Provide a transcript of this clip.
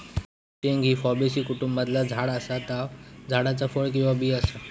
शेंग ही फॅबेसी कुटुंबातला झाड असा ता झाडाचा फळ किंवा बी असा